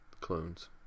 clones